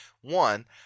one